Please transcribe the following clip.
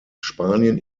spanien